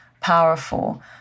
powerful